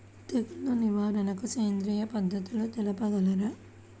తెగులు నివారణకు సేంద్రియ పద్ధతులు తెలుపగలరు?